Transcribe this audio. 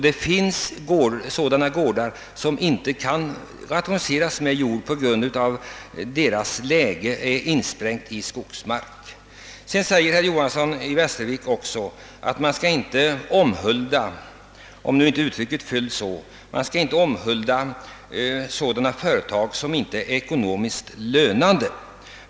Det finns gårdar som inte kan rationaliseras med jord på grund av att de ligger insprängda i skogsmark. | Herr Johanson i Västervik sade också att man inte 'skall omhulda sådana företag som inte är ekonomiskt lönande.